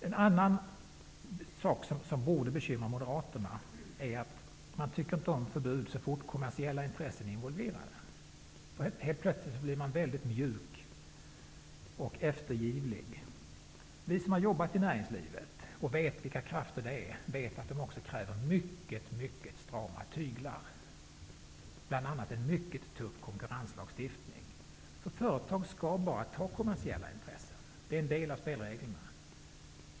En annan sak som borde bekymra moderaterna är att man inte tycker om förbud så fort som kommersiella intressen är involverade. Helt plötsligt blir man väldigt mjuk och eftergiven. Vi som har jobbat i näringslivet och sett vilka krafter där finns vet också att näringslivet kräver mycket strama tyglar, bl.a. en mycket tuff konkurrenslagstiftning. Företag skall bara ta kommersiella hänsyn. Det är en del av spelreglerna.